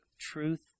truth